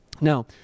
Now